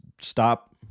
stop